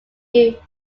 feuded